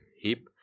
heap